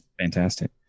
fantastic